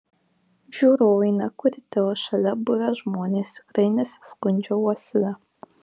žiūrovai ne kurti o šalia buvę žmonės tikrai nesiskundžia uosle